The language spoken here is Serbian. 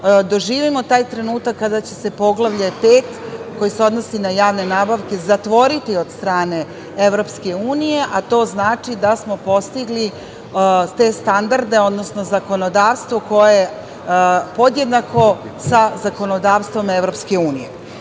doživimo taj trenutak kada će se Poglavlje 5, koje se odnosi na javne nabavke, zatvoriti od strane EU, a to znači da smo postigli te standarde, odnosno zakonodavstvo koje je podjednako sa zakonodavstvom EU.Kada